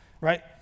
right